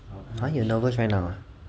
!huh! you're nervous right now ah